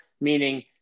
meaning